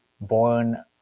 born